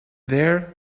there